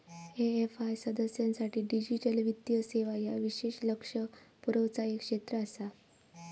AFI सदस्यांसाठी digital वित्तीय सेवा ह्या विशेष लक्ष पुरवचा एक क्षेत्र आसा